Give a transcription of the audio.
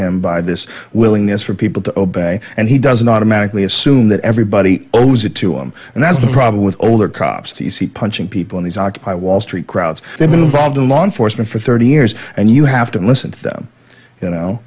him by this willingness for people to obey and he doesn't automatically assume that everybody owns it to him and that's the problem with older cops punching people in these occupy wall street crowds they've been involved in law enforcement for thirty years and you have to listen to them you know